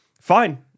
Fine